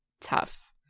tough